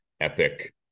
epic